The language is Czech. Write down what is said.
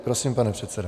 Prosím, pane předsedo.